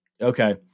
Okay